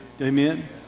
Amen